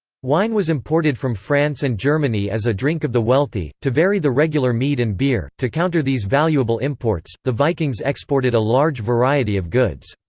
wine was imported from france and germany as a drink of the wealthy, to vary the regular mead and beer to counter these valuable imports, the vikings exported a large variety of goods.